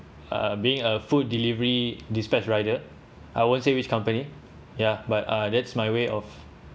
uh being a food delivery dispatch rider I won't say which company ya but uh that's my way of